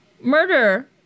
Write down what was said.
murder